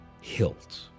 hilt